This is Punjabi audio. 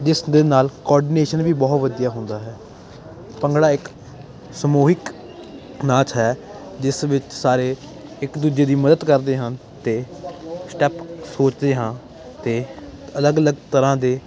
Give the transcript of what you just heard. ਜਿਸ ਦੇ ਨਾਲ ਕੋਆਰਡੀਨੇਸ਼ਨ ਵੀ ਬਹੁਤ ਵਧੀਆ ਹੁੰਦਾ ਹੈ ਭੰਗੜਾ ਇੱਕ ਸਮੂਹਿਕ ਨਾਚ ਹੈ ਜਿਸ ਵਿੱਚ ਸਾਰੇ ਇੱਕ ਦੂਜੇ ਦੀ ਮਦਦ ਕਰਦੇ ਹਨ ਅਤੇ ਸਟੈਪ ਸੋਚਦੇ ਹਨ ਅਤੇ ਅਲੱਗ ਅਲੱਗ ਤਰ੍ਹਾਂ ਦੇ